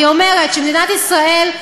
אני אומרת שמדינת ישראל,